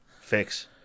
Fix